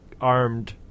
armed